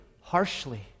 harshly